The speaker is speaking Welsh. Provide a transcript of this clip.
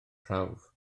prawf